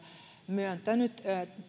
myöntänyt